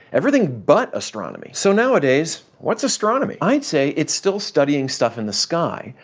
everything but astronomy! so nowadays, what's astronomy? i'd say it's still studying stuff in the sky,